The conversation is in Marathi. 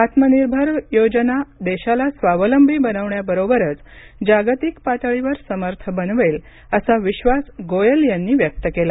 आत्मनिर्भर योजना देशाला स्वावलंबी बनवण्याबरोबरच जागतिक पातळीवर समर्थ बनवेल असा विश्वास गोयल यांनी व्यक्त केला